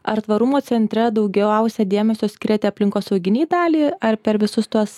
ar tvarumo centre daugiausia dėmesio skiriate aplinkosauginiai daliai ar per visus tuos